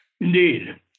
Indeed